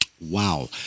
Wow